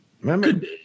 Remember